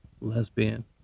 lesbian